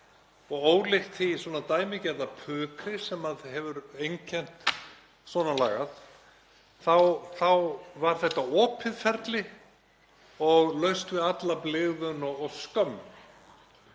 dug. Ólíkt því dæmigerða pukri sem hefur einkennt svona lagað þá var þetta opið ferli og laust við alla blygðun og skömm.